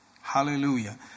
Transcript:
Hallelujah